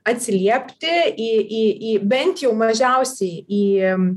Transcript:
atsiliepti į į į bent jau mažiausiai į